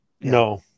no